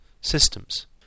systems